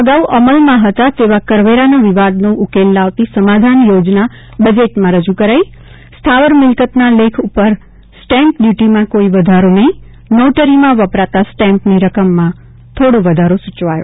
અગાઉ અમલમાં હતા તેવા કરવેરાના વિવાદનો ઉકેલ લાવતી સમાધાન યોજના બજેટમાં રજૂ કરાઇ સ્થાવર મિલ્કતના લેખ ઉપર સ્ટેમ્પ ડ્યુટીમાં કોઇ વધારો નહિં નોટરીમાં વપરાતા સ્ટેમ્પની રકમમાં થોડો વધારો સુચવાયો